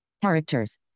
Characters